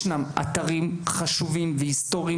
ישנם אתרים היסטוריים,